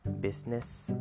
business